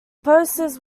posters